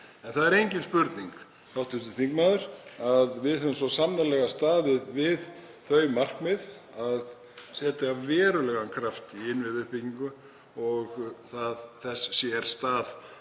En það er engin spurning, hv. þingmaður, að við höfum svo sannarlega staðið við þau markmið að setja verulegan kraft í innviðauppbyggingu. Þess sér stað